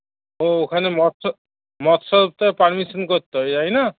ও ওখানে মৎস্য মৎস্যতেও পারমিশন করতে হয় তাই না